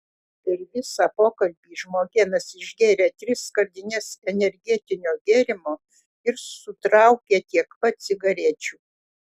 per visą pokalbį žmogėnas išgėrė tris skardines energetinio gėrimo ir sutraukė tiek pat cigarečių